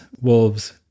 wolves